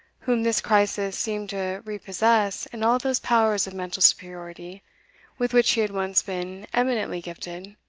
whom this crisis seemed to repossess in all those powers of mental superiority with which she had once been eminently gifted,